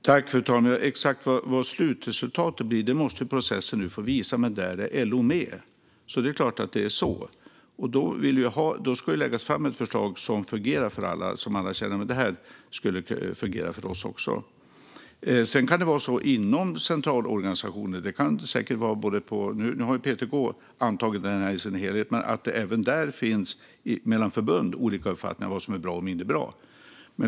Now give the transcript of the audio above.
Fru talman! Exakt vad slutresultatet blir måste processen får visa, men där är LO med. Det är klart att det är så. Det ska läggas fram ett förslag som fungerar och som alla känner skulle fungera också för dem. Nu har PTK antagit det hela, men det kan säkert finnas olika uppfattningar om vad som bra eller mindre bra även bland förbund inom centralorganisationer.